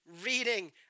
reading